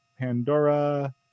Pandora